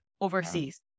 overseas